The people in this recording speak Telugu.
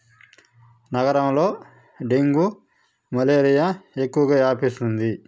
నగరంలో డెంగ్యూ మలేరియా ఎక్కువగా వ్యాపిస్తుంది